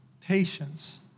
patience